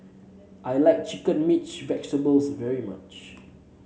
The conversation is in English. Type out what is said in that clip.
I like chicken mixed vegetables very much